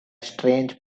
strange